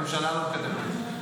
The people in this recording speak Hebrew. כי הממשלה לא מקדמת את זה.